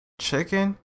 chicken